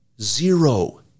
Zero